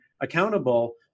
accountable